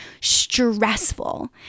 stressful